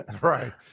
Right